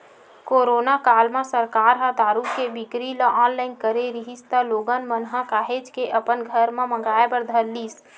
corona काल म सरकार ह दारू के बिक्री ल ऑनलाइन करे रिहिस त लोगन मन ह काहेच के अपन घर म मंगाय बर धर लिस